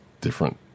different